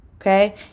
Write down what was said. okay